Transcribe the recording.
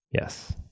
Yes